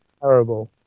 terrible